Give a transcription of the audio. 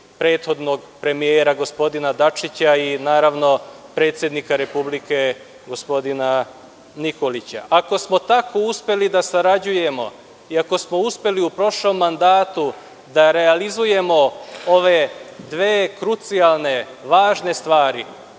prethodnog premijera, gospodina Dačića i naravno predsednika Republike, gospodina Nikolića. Ako smo tako uspeli da sarađujemo i ako smo uspeli u prošlom mandatu da realizujemo ove dve krucijalne važne stvari,